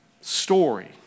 story